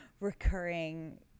recurring